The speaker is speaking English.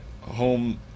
home